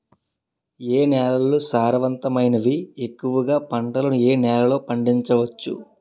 ఏ నేలలు సారవంతమైనవి? ఎక్కువ గా పంటలను ఏ నేలల్లో పండించ వచ్చు?